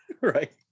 right